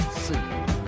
see